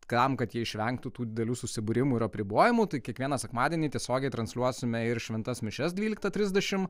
kam kad jie išvengtų didelių susibūrimų ir apribojimų tai kiekvieną sekmadienį tiesiogiai transliuosime ir šventas mišias dvyliktą trisdešim